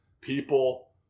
people